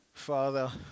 father